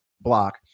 block